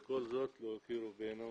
בכל זאת לא הכירו בנו